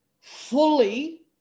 fully